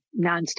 nonstop